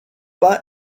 pas